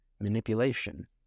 Manipulation